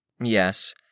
Yes